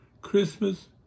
Christmas